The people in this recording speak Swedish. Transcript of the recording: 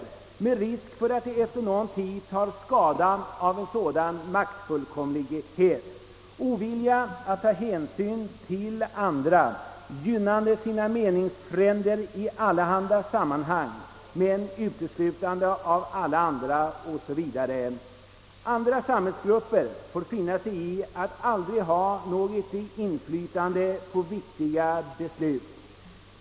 Det innebär risk för att de efter någon tid tar skada av en sådan maktfullkomlighet, visar ovilja att ta hänsyn till andra, gynnar sina meningsfränder i allehanda sammanhang med uteslutande av alla andra osv. Andra samhällsgrupper får finna sig i att aldrig ha något inflytande på viktiga beslut.